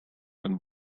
and